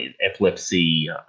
epilepsy